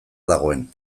dagoen